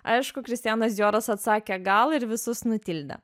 aišku kristianas dijoras atsakė gal ir visus nutildė